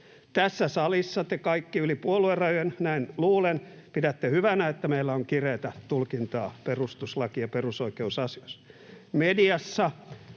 Tässä salissa te kaikki yli puoluerajojen, näin luulen, pidätte hyvänä, että meillä on kireätä tulkintaa perustuslaki- ja perusoikeusasioissa. Mediassa